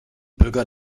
bürger